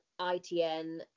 ITN